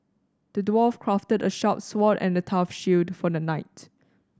the dwarf crafted a sharp sword and a tough shield for the knight